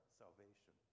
salvation